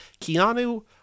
keanu